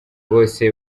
bose